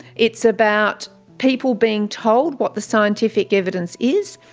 it's about people being told what the scientific evidence is.